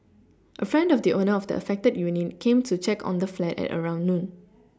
a friend of the owner of the affected unit came to check on the flat at around noon